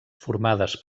formades